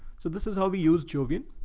so this is how we use jovian,